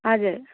हजुर